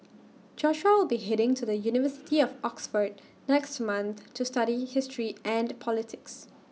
Joshua will be heading to the university of Oxford next month to study history and politics